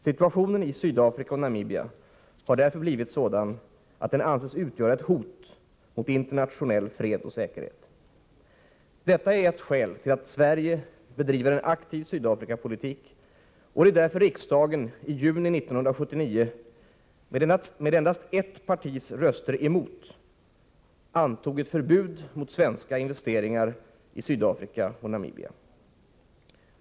Situationen i Sydafrika och Namibia har därför blivit sådan att den anses utgöra ett hot mot internationell fred och säkerhet. Detta är ett skäl till att Sverige bedriver en aktiv Sydafrikapolitik och det är därför riksdagen i juni 1979 med endast ett partis röster emot antog ett förbud mot svenska investeringar i Sydafrika och Namibia.